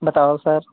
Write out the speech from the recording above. बताओ सर